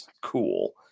cool